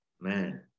man